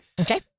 Okay